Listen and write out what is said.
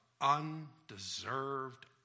undeserved